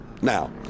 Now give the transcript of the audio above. Now